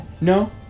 no